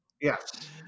Yes